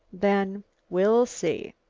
then we'll see.